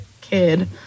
kid